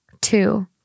two